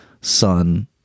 son